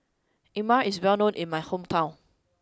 lemang is well known in my hometown